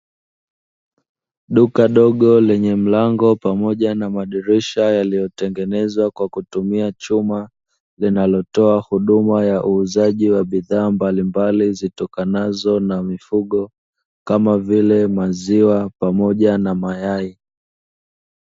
Duka dogo lenye mlango pamoja na madirisha yaliyotengenezwa kwa kutumia chuma, linalotoa huduma ya uuzaji wa bidhaa mbalimbali zitokanazo na mifugo, kama vile maziwa pamoja na mayai.